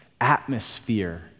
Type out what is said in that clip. atmosphere